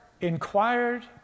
Inquired